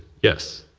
yes,